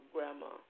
Grandma